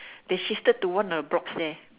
they shifted to one of the blocks there